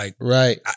Right